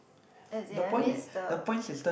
as in I miss the